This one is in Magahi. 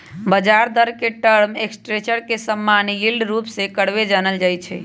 ब्याज दर के टर्म स्ट्रक्चर के समान्य यील्ड कर्व के रूपे जानल जाइ छै